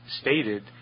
stated